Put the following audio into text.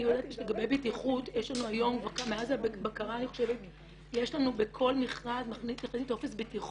אני יודעת שלגבי בטיחות יש לנו היום מאז הבקרה בכל מכרז טופס בטיחות.